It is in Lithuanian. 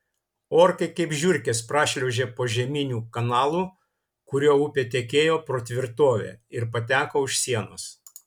orkai kaip žiurkės prašliaužė požeminiu kanalu kuriuo upė tekėjo pro tvirtovę ir pateko už sienos